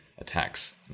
attacks